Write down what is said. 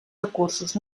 recursos